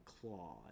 claw